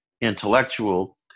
intellectual